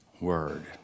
Word